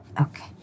Okay